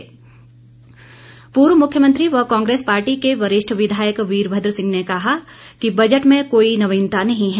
प्रतिक्रिया वीरमद्र पूर्व मुख्यमंत्री व कांग्रेस के पार्टी के वरिष्ठ विधायक वीरमद्र सिंह ने कहा कि बजट में कोई नवीनता नहीं है